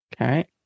Okay